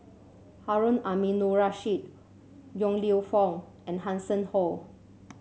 Harun Aminurrashid Yong Lew Foong and Hanson Ho